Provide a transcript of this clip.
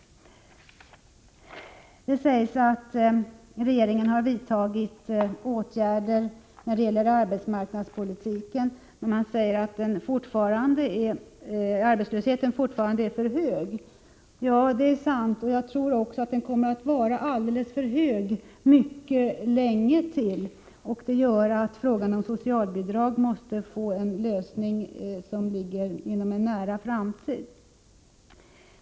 Det sägs att regeringen har vidtagit åtgärder när det gäller arbetsmarknadspolitiken men att arbetslösheten fortfarande är för hög. Det är sant, och jag tror att den kommer att vara alldeles för hög mycket länge till. Det gör att frågan om socialbidrag måste få en lösning inom en nära framtid.